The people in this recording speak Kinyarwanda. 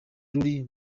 ruli